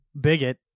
bigot